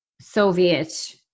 Soviet